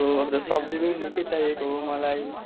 हो अब त सब्जी पनि निकै चाइएको हो मलाई